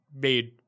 made